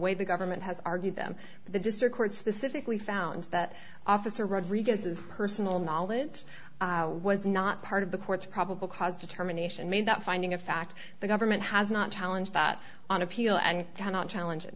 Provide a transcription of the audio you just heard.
way the government has argued them the district court specifically found that officer rodriguez's personal knowledge was not part of the court's probable cause determination made that finding a fact the government has not challenge that on appeal and not a challenge